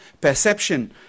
perception